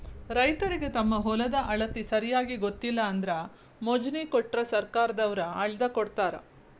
ರೈತರಿಗೆ ತಮ್ಮ ಹೊಲದ ಅಳತಿ ಸರಿಯಾಗಿ ಗೊತ್ತಿಲ್ಲ ಅಂದ್ರ ಮೊಜ್ನಿ ಕೊಟ್ರ ಸರ್ಕಾರದವ್ರ ಅಳ್ದಕೊಡತಾರ